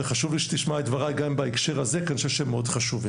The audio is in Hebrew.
וחשוב לי שתשמע את דבריי גם בהקשר הזה כי אני חושב שהם מאוד חשובים.